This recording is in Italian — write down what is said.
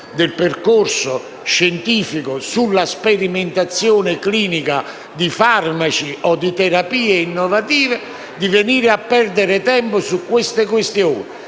del percorso scientifico sulla sperimentazione clinica di farmaci o di terapie innovative, venire a perdere tempo su queste questioni?